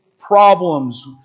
problems